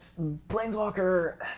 Planeswalker